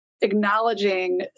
acknowledging